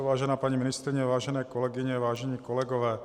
Vážená paní ministryně, vážené kolegyně, vážení kolegové.